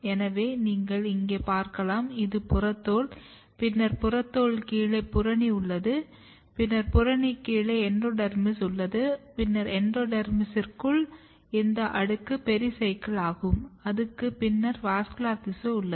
எனவே நீங்கள் இங்கே பார்க்கலாம் இது புறத்தோல் பின்னர் புறத்தோல் கீழே புறணி உள்ளது பின்னர் புறணி கீழே எண்டோடெர்மிஸ் உள்ளது பின்னர் எண்டோடெர்மிஸுக்குள் இந்த அடுக்கு பெரிசைக்கிள் ஆகும் அதுக்கு பின்னர் வாஸ்குலர் திசு உள்ளது